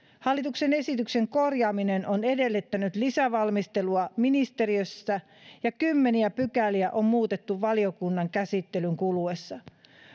hallituksen esityksen korjaaminen on edellyttänyt lisävalmistelua ministeriössä ja kymmeniä pykäliä on muutettu valiokunnan käsittelyn kuluessa